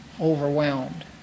overwhelmed